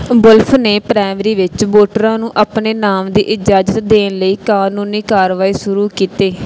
Wolf ਨੇ primary ਵਿੱਚ ਵੋਟਰਾਂ ਨੂੰ ਆਪਣੇ ਨਾਮ ਦੀ ਇਜਾਜ਼ਤ ਦੇਣ ਲਈ ਕਾਨੂੰਨੀ ਕਾਰਵਾਈ ਸ਼ੁਰੂ ਕੀਤੀ